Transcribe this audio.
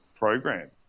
program